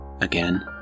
again